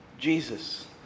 Jesus